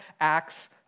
acts